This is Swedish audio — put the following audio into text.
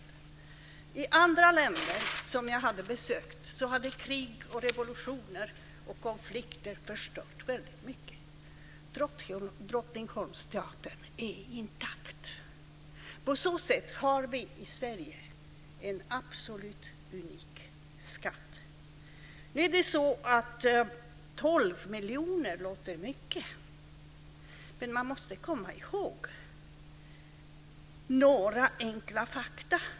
I andra länder som jag hade besökt hade krig, revolutioner och konflikter förstört väldigt mycket. Drottningholms teater är intakt. På så sätt har vi i Sverige en absolut unik skatt. Visst låter 12 miljoner mycket, men man måste komma ihåg några enkla fakta.